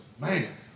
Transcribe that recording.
man